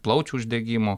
plaučių uždegimo